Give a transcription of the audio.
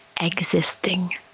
existing